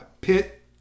pit